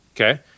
Okay